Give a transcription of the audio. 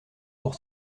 pour